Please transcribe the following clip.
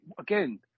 Again